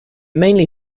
mainly